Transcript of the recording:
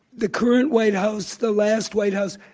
the current white house, the last white house.